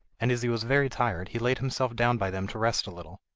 and as he was very tired he laid himself down by them to rest a little.